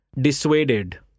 dissuaded